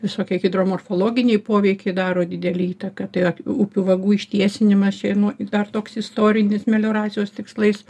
visokie hidromorfologiniai poveikiai daro didelę įtaką tai upių vagų ištiesinimas čia nuo dar toks istorinis melioracijos tikslais